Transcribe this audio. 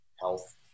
health